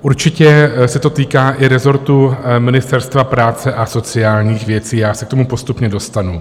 Určitě se to týká i rezortu Ministerstva práce a sociálních věcí, já se k tomu postupně dostanu.